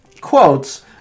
quotes